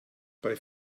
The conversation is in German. bei